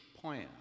Plan